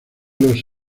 los